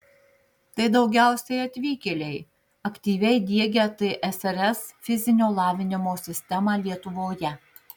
tai daugiausiai atvykėliai aktyviai diegę tsrs fizinio lavinimo sistemą lietuvoje